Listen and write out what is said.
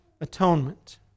atonement